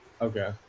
Okay